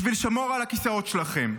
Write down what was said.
בשביל לשמור על הכיסאות שלכם.